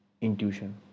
intuition